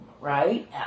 right